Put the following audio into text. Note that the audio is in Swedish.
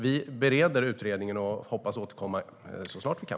Vi bereder utredningen och hoppas återkomma så snart vi kan.